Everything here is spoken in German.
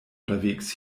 unterwegs